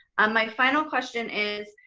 um my final question is,